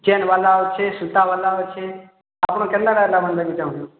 chain ବାଲା ଅଛି ସୁତା ବାଲା ଅଛି ଆପଣ କେନ୍ତା ବାଲା ନେବାକୁ ଚାହୁଁଛନ୍